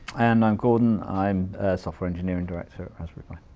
and i'm gordon, i'm software engineering director at raspberry pi.